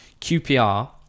QPR